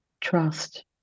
trust